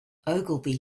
ogilvy